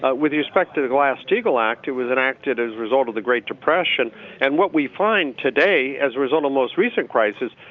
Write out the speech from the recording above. ah with respect to the last two eagle actor within acted as a result of the great depression and what we find today as a result of most recent crisis